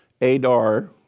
Adar